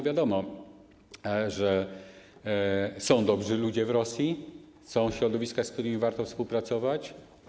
Wiadomo, że są dobrzy ludzie w Rosji, są środowiska, z którymi warto współpracować.